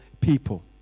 people